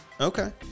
Okay